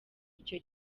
icyo